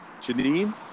Janine